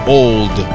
old